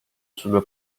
sulla